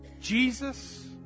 Jesus